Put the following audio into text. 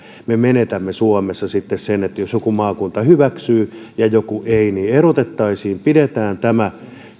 me menetämme suomessa sitten niin että jos joku maakunta hyväksyy ja joku ei niin erotettaisiin pidetään tämä